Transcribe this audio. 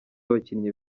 abakinnyi